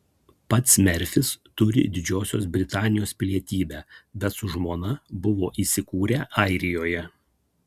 pats merfis turi didžiosios britanijos pilietybę bet su žmona buvo įsikūrę airijoje